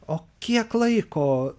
o kiek laiko